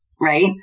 right